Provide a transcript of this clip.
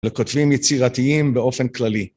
לכותבים יצירתיים באופן כללי.